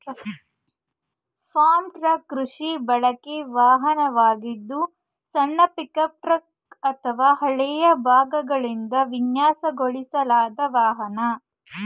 form truck ಕೃಷಿ ಬಳಕೆ ವಾಹನವಾಗಿದ್ದು ಸಣ್ಣ ಪಿಕಪ್ ಟ್ರಕ್ ಅಥವಾ ಹಳೆಯ ಭಾಗಗಳಿಂದ ವಿನ್ಯಾಸಗೊಳಿಸಲಾದ ವಾಹನ